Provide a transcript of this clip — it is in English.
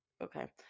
Okay